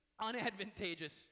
unadvantageous